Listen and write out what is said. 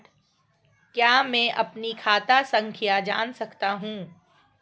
क्या मैं अपनी खाता संख्या जान सकता हूँ?